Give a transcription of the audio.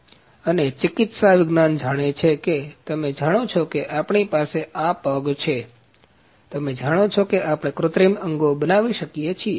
તેથી અને ચિકિત્સા વિજ્ઞાન જાણે છે કે તમે જાણો છો કે આપણી પાસે આ પગ છે તમે જાણો છો કે આપણે કૃત્રિમ અંગો બનાવી શકીએ છીએ